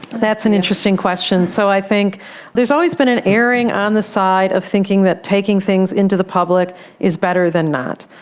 that's an interesting question. so i think there has always been an erring on the side of thinking that taking things into the public is better than not.